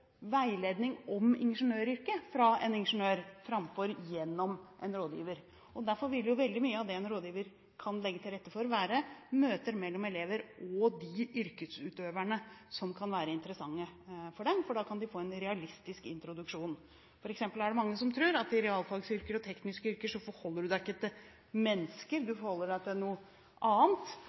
veiledning om ingeniøryrket fra en ingeniør, framfor gjennom en rådgiver. Derfor vil veldig mye av det en rådgiver kan legge til rette for, være møter mellom elever og de yrkesutøverne som kan være interessante for dem, for da kan de få en realistisk introduksjon. For eksempel er det mange som tror at i realfagsyrker og tekniske yrker forholder en seg ikke til mennesker, en forholder seg til noe annet.